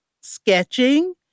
sketching